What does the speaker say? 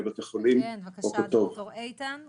ראינו מראות לא פשוטים של אמבולנסים שממתינים בכניסה לחדרי המיון,